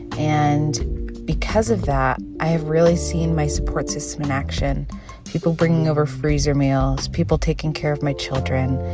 and because of that, i have really seen my support system in action people bringing over freezer meals, people taking care of my children.